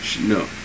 No